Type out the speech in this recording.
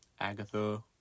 Agatha